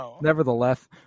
Nevertheless